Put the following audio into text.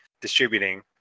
distributing